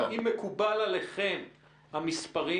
האם מקובלים עליכם המספרים?